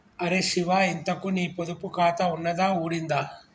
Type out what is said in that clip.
అరే శివా, ఇంతకూ నీ పొదుపు ఖాతా ఉన్నదా ఊడిందా